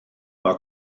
mae